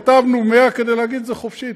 כתבנו 100 כדי להגיד שזה חופשי,